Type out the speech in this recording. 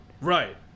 Right